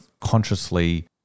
consciously